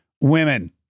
women